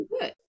good